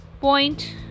point